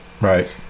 right